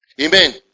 Amen